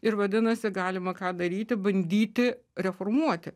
ir vadinasi galima ką daryti bandyti reformuoti